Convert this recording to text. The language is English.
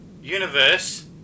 Universe